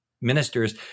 ministers